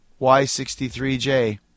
Y63J